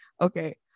okay